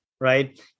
right